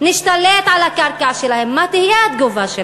נשתלט על הקרקע שלהם,